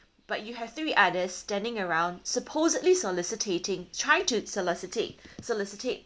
but you have three others standing around supposedly solicitating try to solicitate solicitate